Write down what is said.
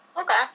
Okay